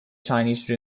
chinese